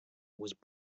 was